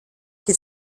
che